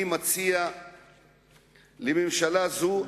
אני מציע לממשלה זאת,